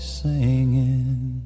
singing